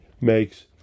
makes